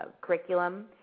curriculum